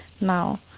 Now